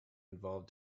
involved